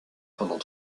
pendant